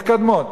מתקדמות.